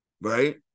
right